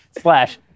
slash